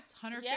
hunter